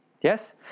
Yes